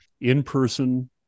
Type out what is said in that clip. in-person